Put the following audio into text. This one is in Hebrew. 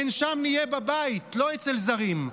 הן שם נהיה בבית, לא אצל זרים.